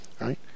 right